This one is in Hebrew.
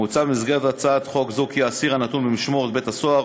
מוצע במסגרת הצעת חוק זו כי אסיר הנתון במשמורת בית-סוהר